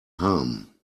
harm